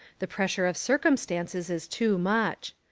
the pressure of cir cumstances is too much.